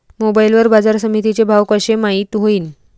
Mobile वर बाजारसमिती चे भाव कशे माईत होईन?